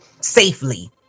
safely